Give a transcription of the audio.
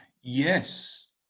Yes